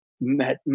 met